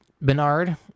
Bernard